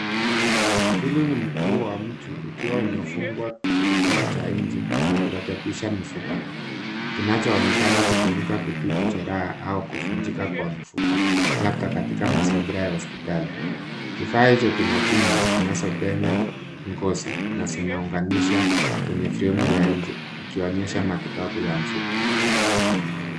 Huu ni mguu wa mtu ukiwa umefungwa kifaa cha nje cha kurekebisha mifupa kinachoonekana kutibu jeraha au kuvunjika kwa mfupa labda katika mazingira ya hospitali. Kifaa hicho kina pini zinazopenya ngozi na zinaunganisha kwenye fremu ya nje ikionyesha matibabu ya mfupa.